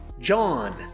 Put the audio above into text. John